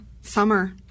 summer